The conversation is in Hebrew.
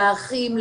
לאחים,